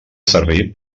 servir